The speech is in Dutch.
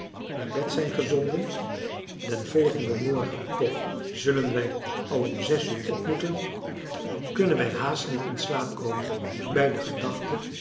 en kennissen zijn gezonden den volgenden morgen toch zullen wij al om zes uur op moeten kunnen wij haast niet in slaap komen bij de gedachte